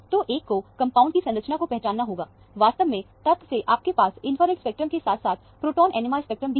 तो एक को कंपाउंड की संरचना को पहचानना होगा वास्तव में तथ्य से आपके पास इंफ्रारेड स्पेक्ट्रम के साथ साथ प्रोटोन NMR स्पेक्ट्रम भी है